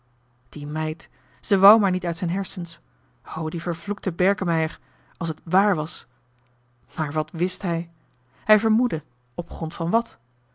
die meid ze wou maar niet uit zijn hersens o die vervloekte berkemeier als het wààr was maar wat wist hij hij vermoedde op grond van wat